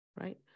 right